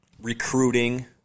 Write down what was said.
recruiting